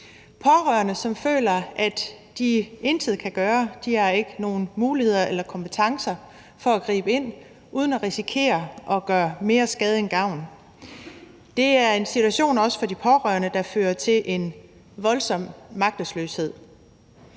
pårørende, som føler, at de intet kan gøre. De har ikke nogen muligheder for eller kompetencer til at gribe ind uden at risikere at gøre mere skade end gavn. Det er en situation, også for de pårørende, der fører til en voldsom magtesløshed.